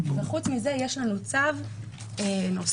וחוץ מזה יש לנו צו נוסף,